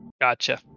Gotcha